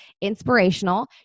inspirational